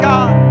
God